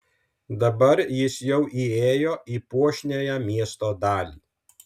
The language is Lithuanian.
dabar jis jau įėjo į puošniąją miesto dalį